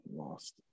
Lost